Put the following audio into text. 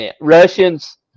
Russians